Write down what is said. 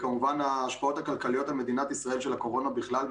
וההשפעות הכלכליות על מדינת ישראל של הקורונה בכלל,